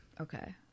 Okay